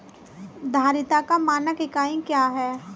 धारिता का मानक इकाई क्या है?